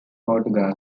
portugal